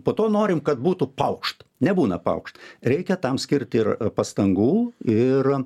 po to norim kad būtų paukšt nebūna paukšt reikia tam skirti ir pastangų ir